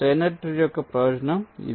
Steiner tree యొక్క ప్రయోజనం ఇది